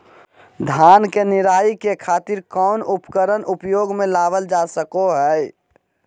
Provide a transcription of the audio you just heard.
धान के निराई के खातिर कौन उपकरण उपयोग मे लावल जा सको हय?